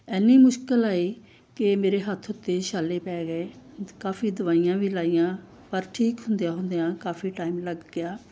ਇੰਨੀ ਮੁਸ਼ਕਿਲ ਆਈ ਕਿ ਮੇਰੇ ਹੱਥ ਉੱਤੇ ਛਾਲੇ ਪੈ ਗਏ ਕਾਫ਼ੀ ਦਵਾਈਆਂ ਵੀ ਲਗਾਈਆਂ ਪਰ ਠੀਕ ਹੁੰਦਿਆਂ ਹੁੰਦਿਆਂ ਕਾਫ਼ੀ ਟਾਈਮ ਲੱਗ ਗਿਆ